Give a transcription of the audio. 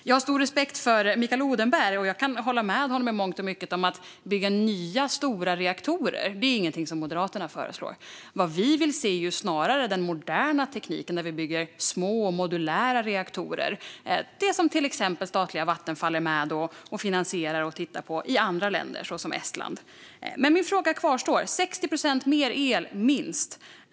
Jag har stor respekt för Mikael Odenberg, och jag kan hålla med honom i mångt och mycket. Att bygga nya, stora reaktorer är inget som Moderaterna föreslår. Vad vi vill se är snarare den moderna tekniken där man bygger små, modulära reaktorer - det som till exempel statliga Vattenfall är med och finansierar i andra länder, såsom Estland. Min fråga kvarstår. Det behövs minst 60 procent mer el.